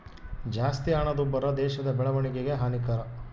ಜಾಸ್ತಿ ಹಣದುಬ್ಬರ ದೇಶದ ಬೆಳವಣಿಗೆಗೆ ಹಾನಿಕರ